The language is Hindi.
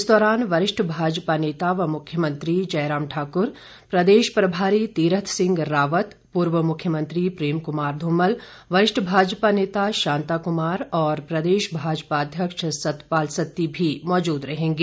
इस दौरान वरिष्ठ भाजपा नेता व मुख्यमंत्री जयराम ठाकुर प्रदेश प्रभारी तीरथ सिंह रावत पूर्व मुख्यमंत्री प्रेम कुमार धूमल वरिष्ठ भाजपा नेता शांता कुमार और प्रदेश भाजपा अध्यक्ष सतपाल सत्ती भी मौजूद रहेंगे